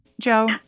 Joe